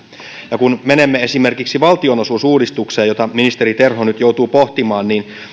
ja kun menemme esimerkiksi valtionosuusuudistukseen jota ministeri terho nyt joutuu pohtimaan niin